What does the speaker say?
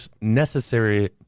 necessary